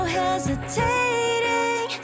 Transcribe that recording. hesitating